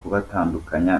kubatandukanya